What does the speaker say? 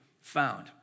found